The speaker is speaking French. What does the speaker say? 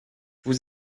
vous